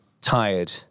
tired